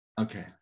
Okay